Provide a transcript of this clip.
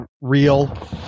real